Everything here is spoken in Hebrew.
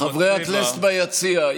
חברי הכנסת ביציע,